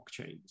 blockchains